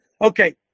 Okay